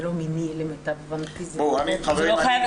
למיטב הבנתי זבאלה זה לא מיני.